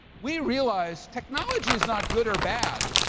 we realize technology is not good or bad,